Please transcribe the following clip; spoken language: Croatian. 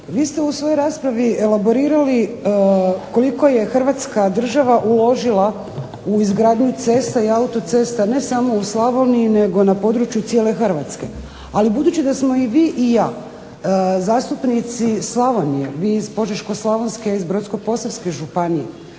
vi ste u svojoj raspravi elaborirali koliko je Hrvatska država uložila u izgradnju ceste i autoceste ne samo u Slavoniji nego na području cijele Hrvatske. Ali budući da smo i vi i ja zastupnici Slavonije, vi iz Požeško-slavonske, iz Brodsko-posavske županije,